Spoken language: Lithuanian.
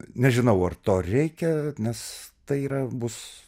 nežinau ar to reikia nes tai yra bus